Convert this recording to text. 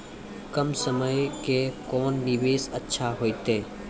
कम समय के कोंन निवेश अच्छा होइतै?